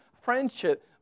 friendship